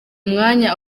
mwanya